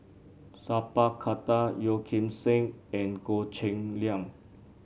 Sat Pal Khattar Yeo Kim Seng and Goh Cheng Liang